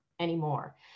anymore